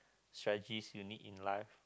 strategies you need in life